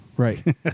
Right